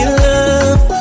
love